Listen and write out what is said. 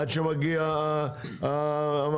עד שמגיע המתכנן,